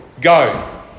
go